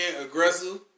aggressive